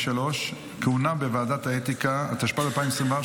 התשפ"ד 2024,